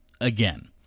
again